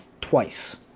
twice